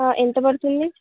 ఎంత పడుతుంది